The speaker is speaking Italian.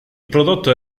prodotto